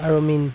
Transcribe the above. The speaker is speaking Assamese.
আৰু মিন